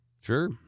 Sure